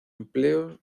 empleos